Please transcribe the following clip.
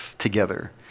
together